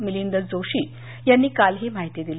मिलिंद जोशी यांनी काल ही माहिती दिली